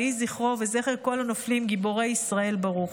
יהיה זכרו וזכר כל הנופלים גיבורי ישראל ברוך.